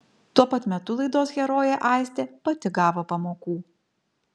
tuo pat metu laidos herojė aistė pati gavo pamokų